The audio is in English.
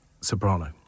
soprano